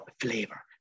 flavor